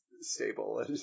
stable